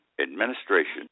administration